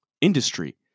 industry